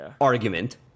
argument